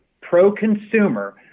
pro-consumer